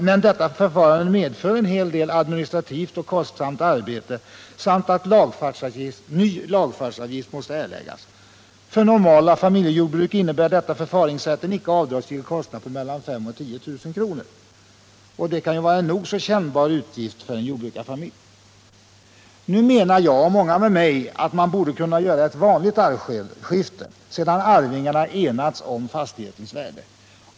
Men detta förfarande medför en hel del administrativt och kostsamt arbete samt att lagfartsavgift måste erläggas. För normala familjejordbruk innebär detta förfaringssätt en icke avdragsgill kostnad på 5 000 å 10000 kr. Nu menar jag — och många med mig — att man borde kunna göra ett vanligt arvskifte, sedan arvingarna enats om fastighetens värde.